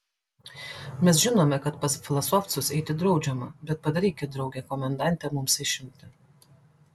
mes žinome kad pas vlasovcus eiti draudžiama bet padarykit drauge komendante mums išimtį